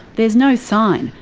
there's no sign,